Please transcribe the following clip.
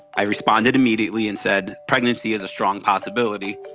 i responded immediately and said, pregnancy is a strong possibility,